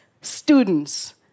students